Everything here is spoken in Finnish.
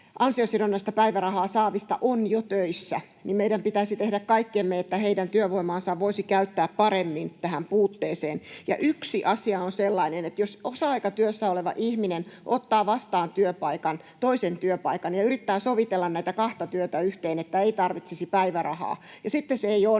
ansiosidonnaista päivärahaa saavista on jo töissä, niin meidän pitäisi tehdä kaikkemme, että heidän työvoimaansa voisi käyttää paremmin tähän puutteeseen. Ja yksi asia on sellainen, että jos osa-aikatyössä oleva ihminen ottaa vastaan työpaikan, toisen työpaikan, ja yrittää sovitella näitä kahta työtä yhteen, että ei tarvitsisi päivärahaa, ja sitten se ei